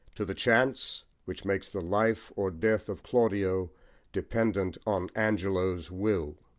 to the chance which makes the life or death of claudio dependent on angelo's will.